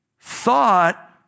thought